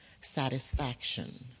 satisfaction